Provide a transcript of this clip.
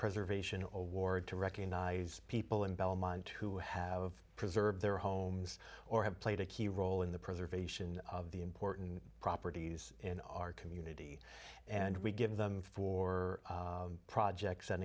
preservation award to recognize people in belmont who have preserved their homes or have played a key role in the preservation of the important properties in our community and we give them for projects